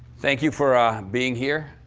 thank you for being here.